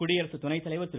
குடியரசு துணைத்தலைவர் திரு